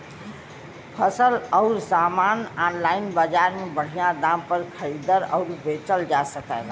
फसल अउर सामान आनलाइन बजार में बढ़िया दाम पर खरीद अउर बेचल जा सकेला